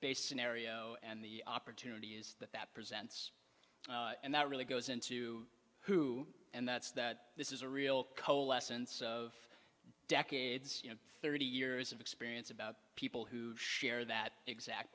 base scenario and the opportunities that that presents and that really goes into who and that's that this is a real coalescence of decades you know thirty years of experience about people who share that exact